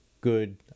good